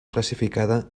classificada